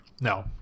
No